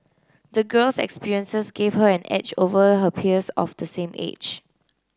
the girls experiences gave her an edge over her peers of the same age